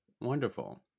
wonderful